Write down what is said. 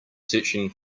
searching